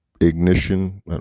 Ignition